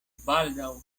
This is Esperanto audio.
baldaŭ